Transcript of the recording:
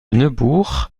neubourg